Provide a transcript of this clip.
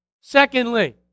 secondly